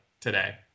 today